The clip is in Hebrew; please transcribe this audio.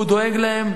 והוא דואג להם.